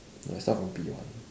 no I start from P one